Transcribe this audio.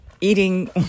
eating